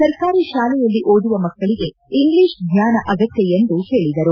ಸರ್ಕಾರಿ ಶಾಲೆಯಲ್ಲಿ ಓದುವ ಮಕ್ಕಳಿಗೆ ಇಂಗ್ಲಿಷ್ ಜ್ವಾನ ಅಗತ್ನ ಎಂದು ಹೇಳಿದರು